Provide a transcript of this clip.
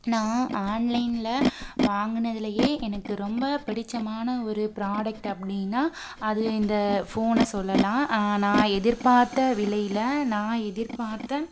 நான் ஆன்லைன்ல வாங்கினதுலயே எனக்கு ரொம்ப பிடிச்சமான ஒரு ப்ராடெக்ட் அப்படின்னா அது இந்த போனை சொல்லலாம் நான் எதிர்பார்த்த விலையில் நான் எதிர்பார்த்த